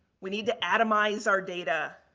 we need to atomize our data,